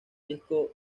disco